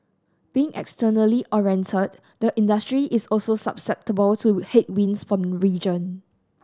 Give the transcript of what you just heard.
being externally oriented the industry is also susceptible to headwinds from the region